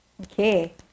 Okay